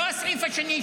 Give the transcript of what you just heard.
לא הסעיף השני,